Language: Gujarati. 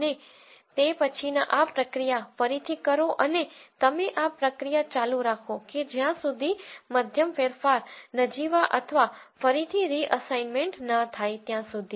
અને તે પછી આ પ્રક્રિયા ફરીથી કરો અને તમે આ પ્રક્રિયા ચાલુ રાખો કે જ્યાં સુધી મધ્યમફેરફાર નજીવા અથવા ફરીથી રીઅસાઇનમેન્ટ ન થાય ત્યાં સુધી